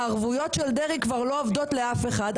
הערבויות של דרעי כבר לא עובדות לאף אחד,